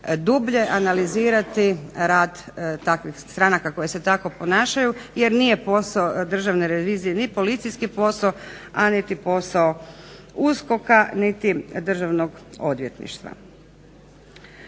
dublje analizirati rad takvih stranaka koje se tako ponašaju jer nije posao državne revizije ni policijski posao, a niti posao USKOK-a niti Državnog odvjetništva.